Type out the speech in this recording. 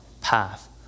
path